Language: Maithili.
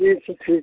ठीक छै ठीक छै